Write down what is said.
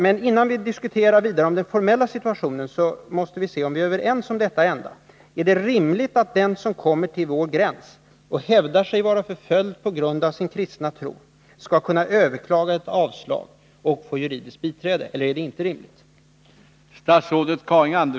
Men innan vi går vidare i den formella diskussionen måste vi undersöka om vi är överens om detta enda: Är det rimligt eller inte att den som kommer till vår gräns och hävdar att han eller hon är förföljd på grund av sin kristna tro skall kunna överklaga ett avslag och få juridiskt biträde?